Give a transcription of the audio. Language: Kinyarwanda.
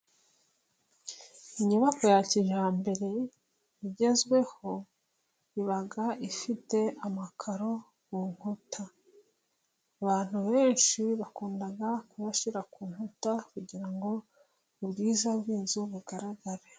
Inyubako ya kijyambere igezweho iba ifite amakaro ku nkuta, abantu benshi bakunda kuyashyira ku nkuta, kugira ngo ubwiza bw'inzu bugaragare.